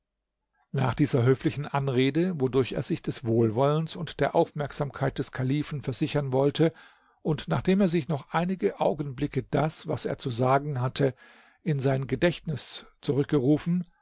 nach dieser höflichen anrede wodurch er sich des wohlwollens und der aufmerksamkeit des kalifen versichern wollte und nachdem er sich noch einige augenblicke das was er zu sagen hatte in sein gedächtnis zurückgerufen